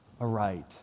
aright